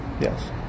Yes